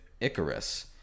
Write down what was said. icarus